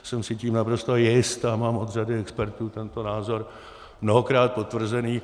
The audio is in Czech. Jsem si tím naprosto jist a mám od řady expertů tento názor mnohokrát potvrzený.